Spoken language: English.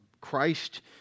Christ